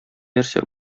нәрсә